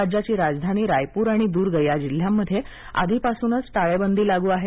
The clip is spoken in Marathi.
राज्याची राजधानी रायपूर आणि दुर्ग या जिल्ह्यांमध्ये आधीपासूनच टाळेबंदी लागू आहे